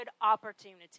opportunity